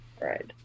Right